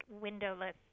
windowless